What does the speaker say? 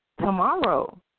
tomorrow